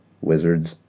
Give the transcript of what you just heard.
wizards